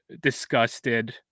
disgusted